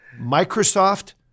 Microsoft